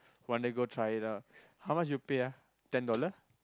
one day go try it out how much you pay ah ten dollar